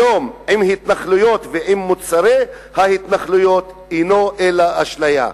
שלום עם התנחלויות ועם מוצרי ההתנחלויות אינו אלא אשליה.